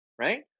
right